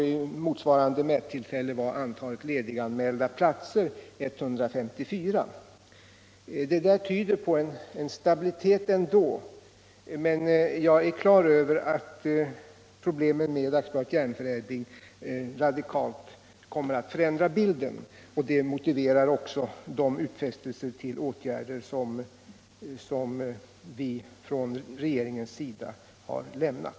Vid motsvarande mättillfälle var antalet lediganmälda platser 154. Det tyder ändå på en stabilitet. Men jag har klart för mig att problemen med AB Järnförädling radikalt kommer att förändra bilden, och det motiverar också de utfästelser till åtgärder som regeringen har lämnat.